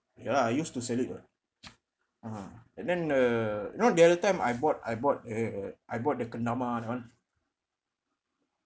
ya lah I used to sell it [what] (uh huh) and then the you know the other time I bought I bought a I bought the kendama that one